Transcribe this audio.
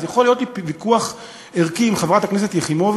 אז יכול להיות לי פה ויכוח ערכי עם חברת הכנסת יחימוביץ,